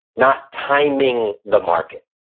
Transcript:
not timing the market.